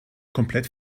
komplett